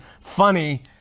funny